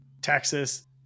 Texas